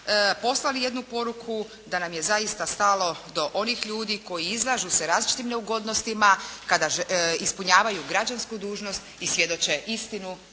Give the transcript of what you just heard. poslali jednu poruku da nam je zaista stalo do onih ljudi koji izlažu se različitim neugodnostima kada ispunjavaju građansku dužnost i svjedoče istinu